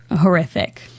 horrific